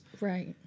Right